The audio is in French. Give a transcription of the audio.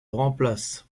remplace